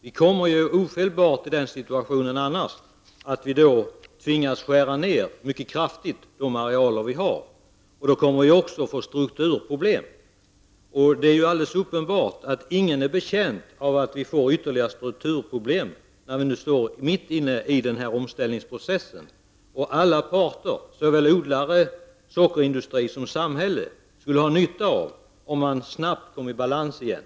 Vi kommer annars ofelbart i den situationen att vi tvingas att mycket kraftigt skära ned på den areal vi har, och vi kommer då också att få strukturproblem. Det är alldeles uppenbart att ingen är betjänt av att vi får ytterligare strukturproblem när vi står mitt inne i omställningsprocessen. Alla parter, såväl odlare och sockerindustri som samhälle, skulle ha nytta av att näringen snabbt kommer i balans igen.